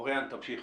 אוריין, תמשיך.